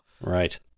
Right